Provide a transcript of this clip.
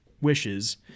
wishes